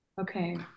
Okay